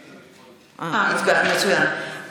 הצבעתי, מצוין.